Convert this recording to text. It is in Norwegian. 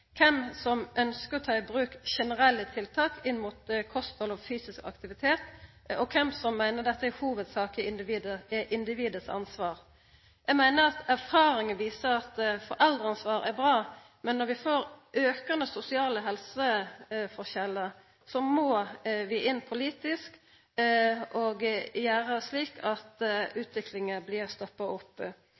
kven som ønskjer å ta i bruk generelle tiltak inn mot kosthald- og fysisk aktivitet, og kven som meiner dette i hovudsak er individet sitt ansvar. Eg meiner at erfaringar viser at foreldreansvar er bra, men når vi får aukande sosiale helseskilnader, må vi inn politisk og gjera slik at utviklinga blir stoppa opp.